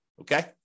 okay